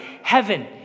Heaven